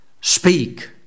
speak